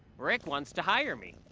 rick wants to hire me!